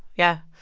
yeah.